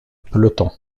peloton